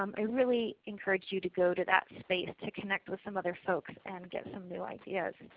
um i really encourage you to go to that space to connect with some other folks and get some new ideas.